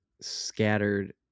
scattered